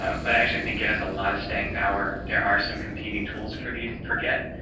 but actually think it has a lot of staying power. there are some competing tools for the forget.